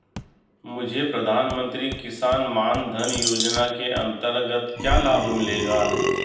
मुझे प्रधानमंत्री किसान मान धन योजना के अंतर्गत क्या लाभ मिलेगा?